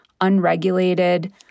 unregulated